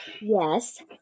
Yes